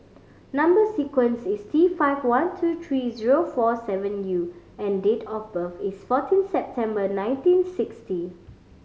number sequence is T five one two three zero four seven U and date of birth is fourteen September nineteen sixty